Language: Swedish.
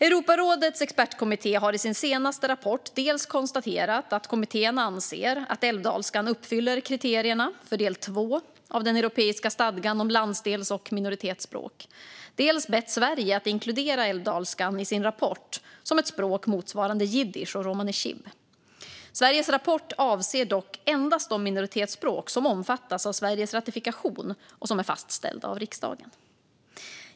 Europarådets expertkommitté har i sin senaste rapport dels konstaterat att kommittén anser att älvdalskan uppfyller kriterierna för del två av den europeiska stadgan om landsdels och minoritetsspråk, dels bett Sverige att inkludera älvdalskan i sin rapport som ett språk motsvarande jiddisch och romani chib. Sveriges rapport avser dock endast de minoritetsspråk som omfattas av Sveriges ratifikation och som är fastställda av riksdagen.